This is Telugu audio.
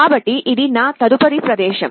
కాబట్టి ఇది నా తదుపరి ప్రదేశం